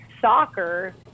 soccer